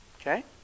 Okay